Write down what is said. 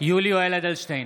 יולי יואל אדלשטיין,